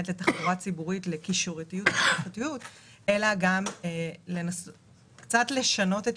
לתחבורה ציבורית, גם מבחינת